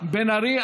בן ארי.